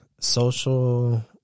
social